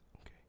Okay